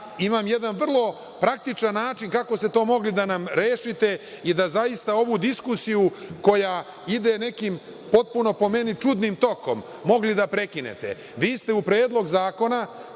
imam jedan vrlo praktičan način kako ste to mogli da nam rešite i da zaista ovu diskusiju, koja ide nekim potpuno, po meni, čudnim tokom, mogli da prekinete. Vi ste u Predlog zakona